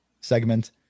segment